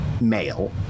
male